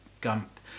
Gump